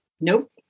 Nope